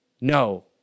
No